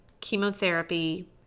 chemotherapy